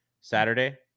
Saturday